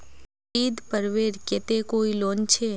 ईद पर्वेर केते कोई लोन छे?